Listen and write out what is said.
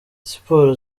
siporo